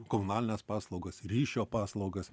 komunalines paslaugas ryšio paslaugas